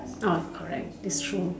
its not I'm correct its true